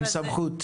עם סמכות.